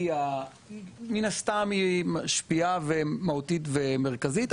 מן הסתם היא משפיעה ומהותית ומרכזית,